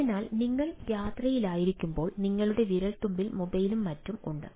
അതിനാൽ നിങ്ങൾ യാത്രയിലായിരിക്കുമ്പോൾ നിങ്ങളുടെ വിരൽത്തുമ്പിൽ മൊബൈലും മറ്റും ഉണ്ട്